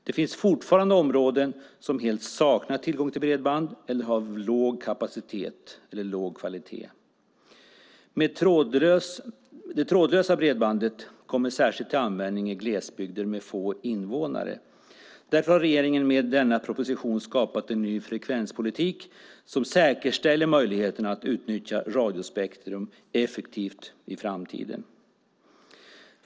Det finns fortfarande områden som helt saknar tillgång till bredband eller som har låg kapacitet eller låg kvalitet. Det trådlösa bredbandet kommer särskilt till användning i glesbygder med få invånare. Därför har regeringen med denna proposition skapat en ny frekvenspolitik som säkerställer möjligheten att utnyttja radiospektrum effektivt i framtiden.